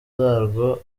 zarwo